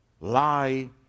lie